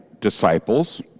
disciples